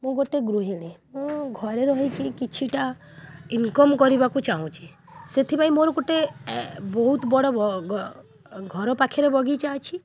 ମୁଁ ଗୋଟେ ଗୃହିଣୀ ମୁଁ ଘରେ ରହିକି କିଛିଟା ଇନ୍କମ୍ କରିବାକୁ ଚାହୁଁଛି ସେଥିପାଇଁ ମୋର ଗୋଟେ ବହୁତ ବଡ଼ ଘର ପାଖରେ ବଗିଚା ଅଛି